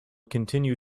continue